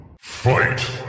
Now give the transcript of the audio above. Fight